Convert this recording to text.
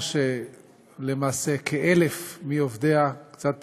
לאחר שלמעשה כ-1,000 מעובדיה, קצת פחות,